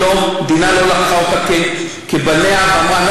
שהמדינה לא לקחה אותם כבניה ואמרה: